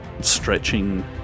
stretching